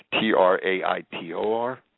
T-R-A-I-T-O-R